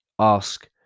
Ask